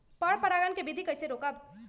पर परागण केबिधी कईसे रोकब?